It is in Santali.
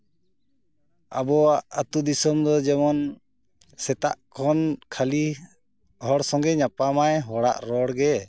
ᱟᱵᱚᱣᱟᱜ ᱟᱹᱛᱩ ᱫᱤᱥᱚᱢ ᱫᱚ ᱡᱮᱢᱚᱱ ᱥᱮᱛᱟᱜ ᱠᱷᱚᱱ ᱠᱷᱟᱹᱞᱤ ᱦᱚᱲ ᱥᱚᱸᱜᱮ ᱧᱟᱯᱟᱢᱟᱭ ᱦᱚᱲᱟᱜ ᱨᱚᱲ ᱜᱮ